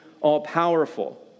all-powerful